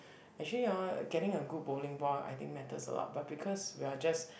actually hor getting a good bowling ball I think matters a lot but because we are just